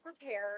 prepare